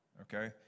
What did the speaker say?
Okay